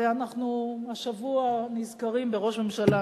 ואנחנו השבוע נזכרים בראש ממשלה